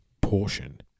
portion